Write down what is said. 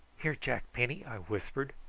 here, jack penny, i whispered,